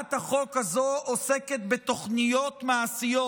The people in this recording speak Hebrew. הצעת החוק הזו עוסקת בתוכניות מעשיות.